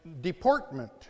deportment